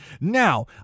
Now